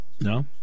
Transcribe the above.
No